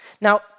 Now